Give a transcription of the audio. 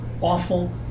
awful